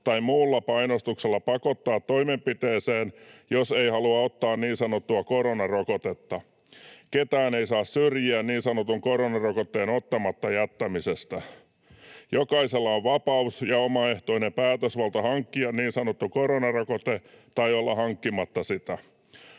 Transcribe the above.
tai muulla painostuksella pakottaa toimenpiteeseen, jos ei halua ottaa niin sanottua koronarokotetta. Ketään ei saa syrjiä niin sanotun koronarokotteen ottamatta jättämisestä. Jokaisella on vapaus ja omaehtoinen päätösvalta hankkia niin sanottu koronarokote tai olla hankkimatta sitä.